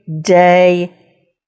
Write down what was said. Day